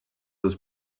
was